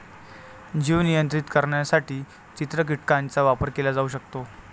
जीव नियंत्रित करण्यासाठी चित्र कीटकांचा वापर केला जाऊ शकतो